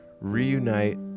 reunite